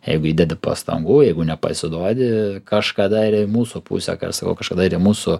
jeigu įdedi pastangų jeigu nepasiduodi kažkada ir į mūsų pusę kai aš sakau kažkada ir į mūsų